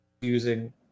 using